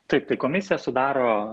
taip tai komisiją sudaro